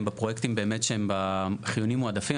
בפרויקטים באמת שהם בחיוניים מועדפים.